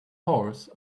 horse